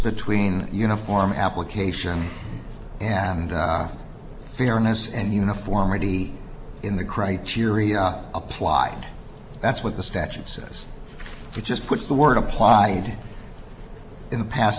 between uniform application and fairness and uniformity in the criteria applied that's what the statute says it just puts the word applied in the past